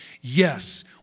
Yes